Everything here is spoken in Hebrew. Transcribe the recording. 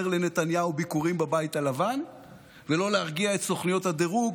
לנתניהו ביקורים בבית הלבן ולא להרגיע את סוכנויות הדירוג,